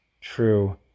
true